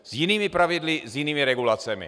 S jinými pravidly, s jinými regulacemi.